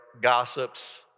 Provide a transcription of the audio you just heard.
gossips